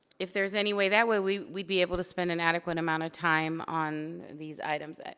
if there's any way, that way we'd we'd be able to spend an adequate amount of time on these items. and